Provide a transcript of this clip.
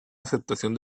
aceptación